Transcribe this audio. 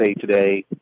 today